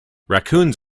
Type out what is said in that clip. raccoons